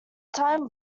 time